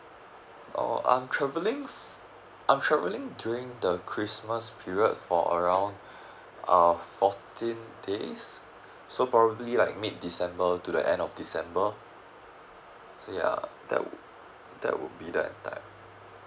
oh I'm travelling I'm travelling during the christmas period for around uh fourteen days so probably like mid december to the end of december so ya that would that would be the entire